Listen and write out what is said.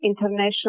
international